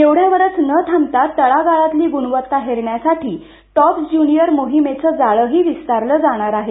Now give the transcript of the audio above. एवढ्यावरच न थांबता तळागाळातली गुणवत्ता हेरण्यासाठी टॉप्स ज्यूनिअर मोहीमेचं जाळही विस्तारलं जाणार आहे